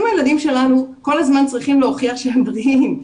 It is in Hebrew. אם הילדים שלנו כל הזמן צריכים להוכיח שהם בריאים,